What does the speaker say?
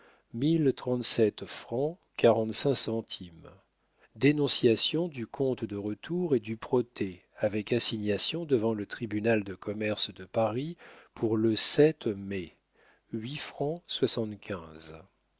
mai dénonciation du compte de retour et du protêt avec assignation devant le tribunal de commerce de paris pour le mai